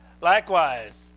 Likewise